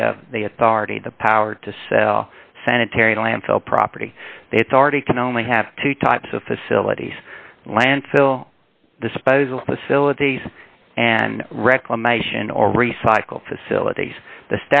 give the authority the power to sell sanitary landfill property it's already can only have two types of facilities landfill disposal facilities and reclamation or recycle facilities the